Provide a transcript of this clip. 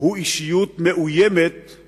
הוא אישיות מאוימת;